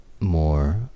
more